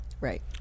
right